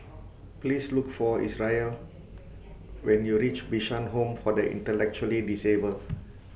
Please Look For Isreal when YOU REACH Bishan Home For The Intellectually Disabled